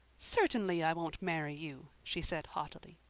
certainly i won't marry you, she said haughtily.